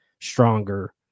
stronger